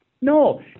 No